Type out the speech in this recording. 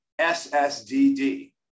SSDD